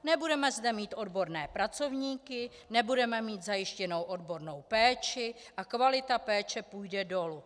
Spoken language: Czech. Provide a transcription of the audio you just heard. Nebudeme zde mít odborné pracovníky, nebudeme mít zajištěnou odbornou péči a kvalita péče půjde dolů.